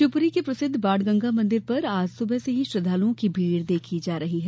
शिवपुरी के प्रसिद्ध बाणगंगा मंदिर पर आज सुबह से श्रद्दालुओं की भीड़ देखी जा रही है